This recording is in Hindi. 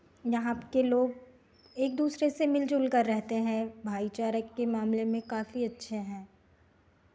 यहाँ के लोग एक दूसरे से मिल जुलकर रहते हैं भाईचारा के मामले में काफी अच्छे हैं